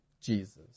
Jesus